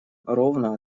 ровно